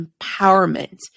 empowerment